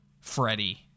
Freddie